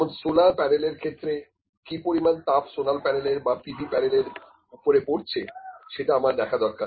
যেমন সোলার প্যানেলের এর ক্ষেত্রে কি পরিমান তাপ সোলার প্যানেলের বা পি ভি প্যানেলের উপরে পড়ছে সেটা আমার দেখা দরকার